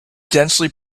densely